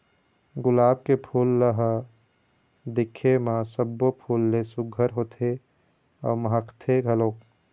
गुलाब के फूल ल ह दिखे म सब्बो फूल ले सुग्घर होथे अउ महकथे घलोक